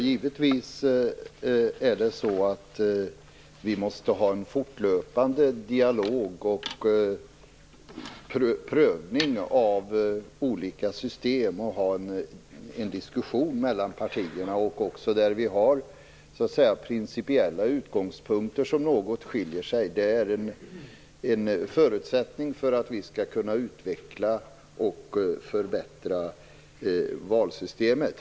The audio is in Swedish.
Herr talman! Givetvis måste vi ha en fortlöpande dialog och prövning av olika system, och föra en diskussion mellan partierna också där vi har principiella utgångspunkter som skiljer sig åt. Det är en förutsättning för att vi skall kunna utveckla och förbättra valsystemet.